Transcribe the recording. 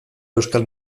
euskal